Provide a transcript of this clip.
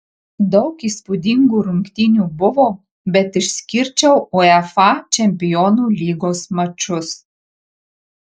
daug įspūdingų rungtynių buvo bet išskirčiau uefa čempionų lygos mačus